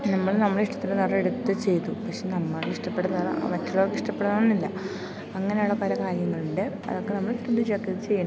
നമ്മൾ നമ്മൾ ഇഷ്ടത്തിന് നിറം എടുത്തു ചെയ്തു പക്ഷെ നമ്മളിഷ്ടപ്പെടുന്ന നിറം മറ്റുള്ളവർക്കിഷ്ടപ്പെടണമെന്നില്ല അങ്ങനെയുള്ള പല കാര്യങ്ങളുണ്ട് അതൊക്കെ നമ്മൾ ശ്രദ്ധിച്ചൊക്കെ ചെയ്യണം